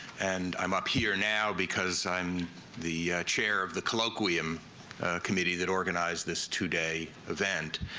and i'm up here now because i'm the chair of the colloquium committee that organized this two day event.